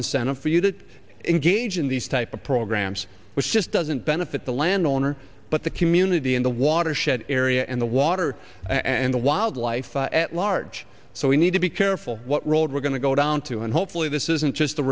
incentive for you to engage in these type of programs which just doesn't benefit the landowner but the community in the watershed area and the water and the wildlife at large so we need to be are full what road we're going to go down to and hopefully this isn't just a